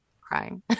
crying